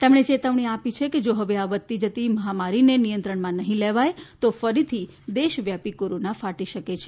તેમણે ચેતવણી આપી છે કે જો હવે આ વધતી જતી મહામારીને નિયંત્રણમાં નહી લેવાય તો ફરીથી દેશવ્યાપી કોરોના ફાટી શકે છે